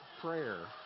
prayer